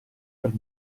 per